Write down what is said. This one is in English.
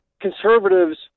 conservatives